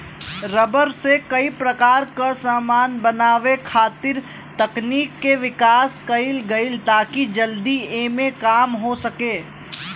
rubber से कई प्रकार क समान बनावे खातिर तकनीक के विकास कईल गइल ताकि जल्दी एमे काम हो सके